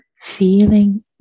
feeling